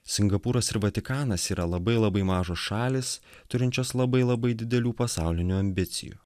singapūras ir vatikanas yra labai labai mažos šalys turinčios labai labai didelių pasaulinių ambicijų